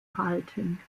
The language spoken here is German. halten